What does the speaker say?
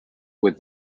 with